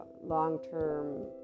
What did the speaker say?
long-term